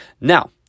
Now